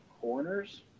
corners